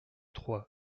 trois